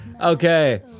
Okay